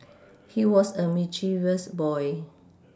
he was a mischievous boy